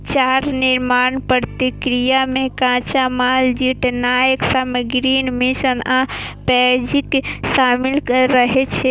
चारा निर्माण प्रक्रिया मे कच्चा माल जुटेनाय, सामग्रीक मिश्रण आ पैकेजिंग शामिल रहै छै